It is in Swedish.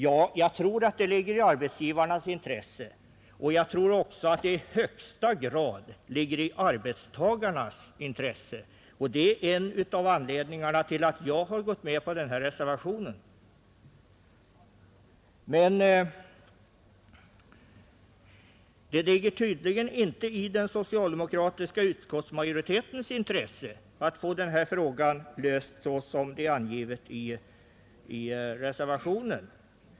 Ja, jag tror att det ligger i arbetsgivarnas intresse, och jag tror också att det i högsta grad ligger i arbetstagarnas intresse, och detta är en av anledningarna till att jag har gått med på reservationen. Men det ligger tydligen inte i den socialdemokratiska utskottsmajoritetens intresse att få denna fråga löst så som det är angivet i reservationen.